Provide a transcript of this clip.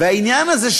והעניין הזה,